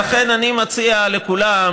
לכן, אני מציע לכולם,